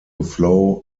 flow